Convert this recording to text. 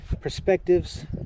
perspectives